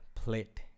plate